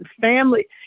Family